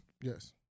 Yes